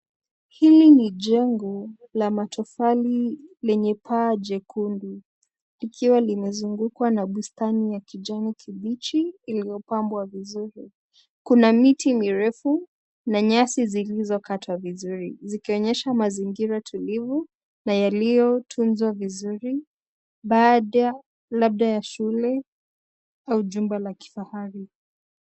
Hili ni jengo, la matofali lenye paa jekundu, likiwa limezungukwa na bustani ya kijani kibichi iliyopambwa vizuri, kuna miti mirefu, na nyasi zilizokatwa vizuri, zikionyesha mazingira tulivu, na yalio tunzwa vizuri, baada labda ya shule, au jumba la kifahari.